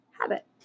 Habit